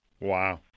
Wow